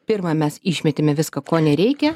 pirma mes išmetėme viską ko nereikia